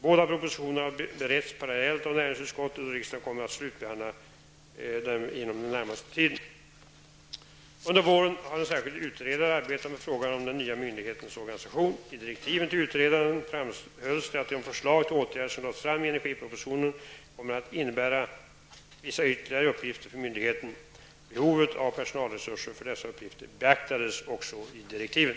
Båda propositionerna har beretts parallellt av näringsutskottet, och riksdagen kommer att slutbehandla dem inom den närmaste tiden. Under våren har en särskild utredare arbetat med frågan om den nya myndighetens organisation. I direktiven till utredaren framhölls att de förslag till åtgärder som lades fram i energipropositionen kommer att innebära vissa ytterligare uppgifter för myndigheten. Behovet av personalresurser för dessa uppgifter beaktades också i direktiven.